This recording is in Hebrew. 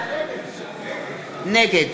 נגד